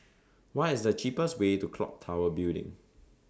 What IS The cheapest Way to Clock Tower Building